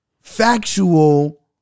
factual